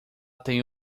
tem